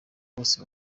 bose